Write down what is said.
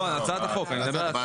לא, על הצעת החוק, אני מדבר על ההצעה.